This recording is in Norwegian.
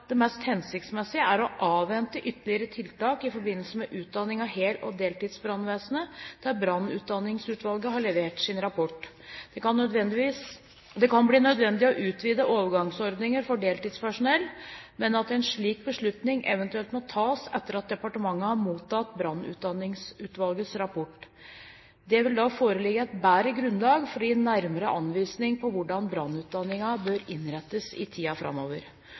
det mest hensiktsmessige er å avvente ytterligere tiltak i forbindelse med utdanning av hel- og deltidsbrannvesenet til brannutdanningsutvalget har levert sin rapport. Det kan bli nødvendig å utvide overgangsordningen for deltidspersonell, men en slik beslutning må eventuelt tas etter at departementet har mottatt brannutdanningsutvalgets rapport. Det vil da foreligge et bedre grunnlag for å gi nærmere anvisning for hvordan brannutdanningen bør innrettes i tiden framover.